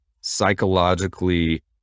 psychologically